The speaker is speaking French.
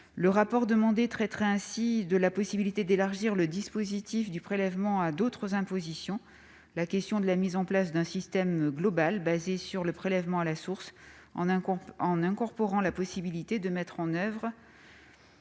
un rapport, qui traiterait de la possibilité d'élargir le dispositif du prélèvement à d'autres impositions. La question de la mise en place d'un système global fondé sur le prélèvement à la source, et incluant la possibilité de mettre en oeuvre